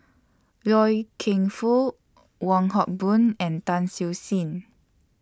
Loy Keng Foo Wong Hock Boon and Tan Siew Sin